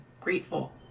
grateful